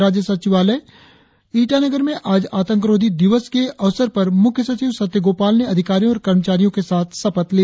राज्य सचिवालय ईटानगर में आज आतंकरोधी दिवस के अवसर पर मुख्यसचिव सत्यगोपाल ने अधिकारियों और कर्मचारियों के साथ सपथ ली